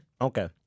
Okay